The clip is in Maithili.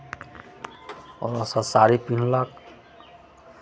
औरतसभ साड़ी पिन्हलक